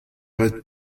ret